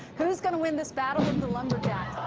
who's going to win this battle of the lumberjacks?